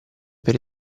per